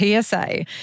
PSA